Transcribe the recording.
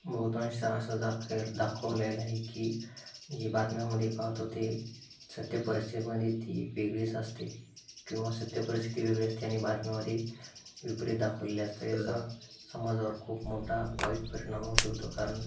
बहुतांश असा दाख दाखवलेलं आहे की जी बातम्यामध्ये पाहतो ते सत्य परिस्थितीमध्ये ती वेगळीच असते किंवा सत्य परिस्थिती वेगळी असते आणि बातम्यामध्ये विपरीत दाखवलेलं असतं याचा समाजावर खूप मोठा वाईट परिणाम होऊ शकतो कारण